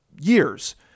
years